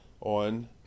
on